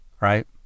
Right